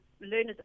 Learners